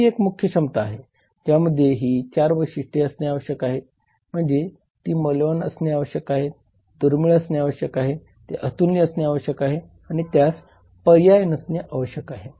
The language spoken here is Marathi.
ही एक मुख्य क्षमता आहे ज्यामध्ये ही 4 वैशिष्ट्ये असणे आवश्यक आहे म्हणजे ती मौल्यवान असणे आवश्यक आहे दुर्मिळ असणे आवश्यक आहे ते अतुलनीय असणे आवश्यक आहे आणि त्यास पर्याय नसणे आवश्यक आहे